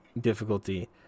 difficulty